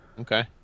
Okay